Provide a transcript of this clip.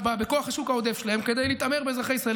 בכוח השוק העודף שלהם כדי להתעמר באזרחי ישראל,